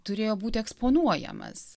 turėjo būti eksponuojamas